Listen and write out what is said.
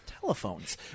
telephones